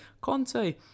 Conte